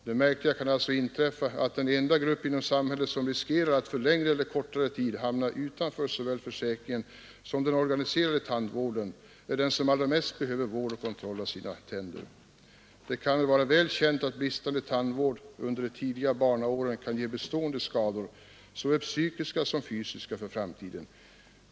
Det märkliga kan alltså inträffa att den enda grupp inom samhället som riskerar att för längre eller kortare tid hamna utanför såväl försäkringen som den organiserade tandvården är de som allra mest behöver vård och kontroll av sina tänder. Det borde vara väl känt att bristande tandvård under de tidiga barnaåren kan ge bestående skador, såväl psykiska som fysiska, för framtiden.